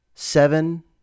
Seven